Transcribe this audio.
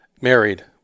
married